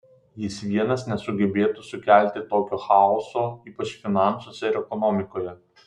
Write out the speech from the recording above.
jis vienas nesugebėtų sukelti tokio chaoso ypač finansuose ir ekonomikoje